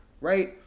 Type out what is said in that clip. right